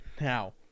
Now